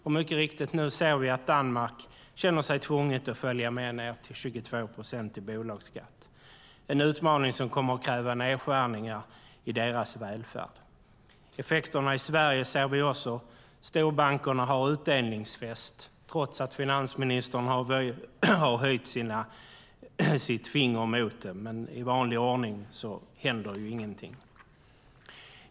Och mycket riktigt ser vi nu att Danmark känner sig tvunget att följa med ned till 22 procent i bolagsskatt - en utmaning som kommer att kräva nedskärningar i deras välfärd. Effekterna i Sverige ser vi också. Storbankerna har utdelningsfest, trots att finansministern har höjt sitt finger mot det. Men i vanlig ordning händer ingenting.